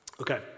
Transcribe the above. Okay